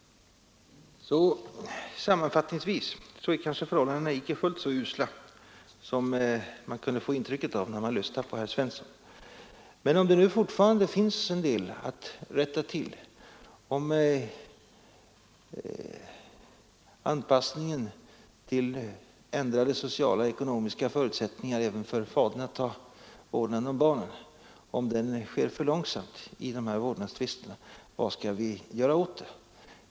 Sammanfattningsvis är alltså förhållandena kanske icke fullt så usla som man kunde få intrycket av när man lyssnade till herr Svensson. Men om det nu fortfarande finns en del att rätta till, om anpassningen till ändrade sociala och ekonomiska föutsättningar även för fadern att åta sig vårdnaden om barnen går för långsamt i de här vårdnadsfrågorna — vad skall vi göra åt det?